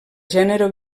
gènere